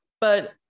But-